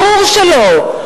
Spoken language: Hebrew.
ברור שלא.